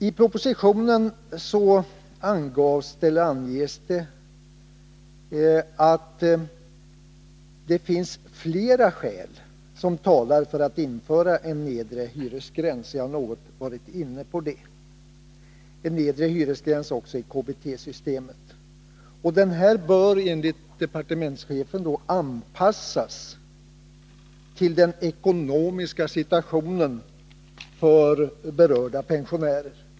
I propositionen anges att det finns flera skäl som talar för införande av en nedre hyresgräns också i KBT-systemet; jag har något varit inne på det. Den bör enligt departementschefen anpassas till den ekonomiska situationen för berörda pensionärer.